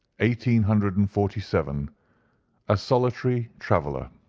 eighteen hundred and forty-seven, a solitary traveller.